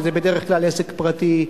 שזה בדרך כלל עסק פרטי,